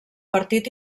partit